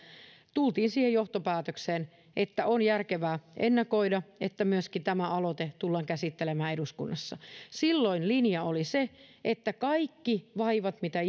tultiin siihen johtopäätökseen että on järkevää ennakoida että myöskin tämä aloite tullaan käsittelemään eduskunnassa silloin linja oli se että kaikki vaivat mitä